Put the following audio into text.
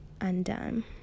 undone